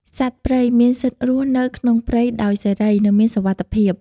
សត្វព្រៃមានសិទ្ធិរស់នៅក្នុងព្រៃដោយសេរី និងមានសុវត្ថិភាព។